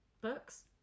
books